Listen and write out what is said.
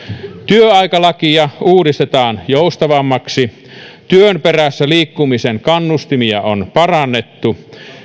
työaikalakia uudistetaan joustavammaksi työn perässä liikkumisen kannustimia on parannettu